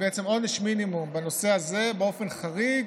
בנושא הזה באופן חריג